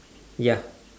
ya